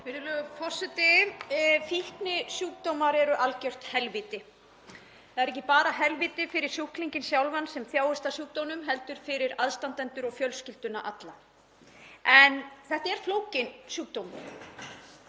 Virðulegur forseti. Fíknisjúkdómar eru algjört helvíti. Fíknisjúkdómur er ekki bara helvíti fyrir sjúklinginn sjálfan sem þjáist af honum heldur fyrir aðstandendur og fjölskylduna alla. En þetta er flókinn sjúkdómur